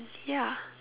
ya